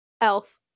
Elf